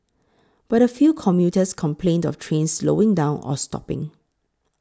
but a few commuters complained of trains slowing down or stopping